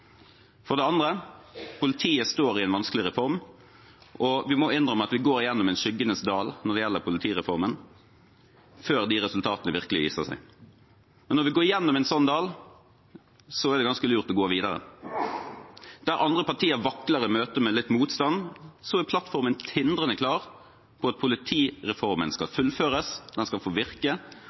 For det andre: Politiet står i en vanskelig reform, og vi må innrømme at vi går gjennom en skyggenes dal når det gjelder politireformen, før resultatene virkelig viser seg. Og når vi går gjennom en sånn dal, er det ganske lurt å gå videre. Der andre partier vakler i møte med litt motstand, er plattformen tindrende klar på at politireformen skal fullføres, den skal få virke,